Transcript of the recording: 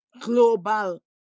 global